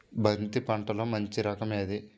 బంతి పంటలో మంచి రకం ఏది?